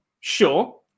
sure